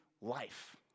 life